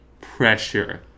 pressure